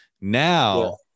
Now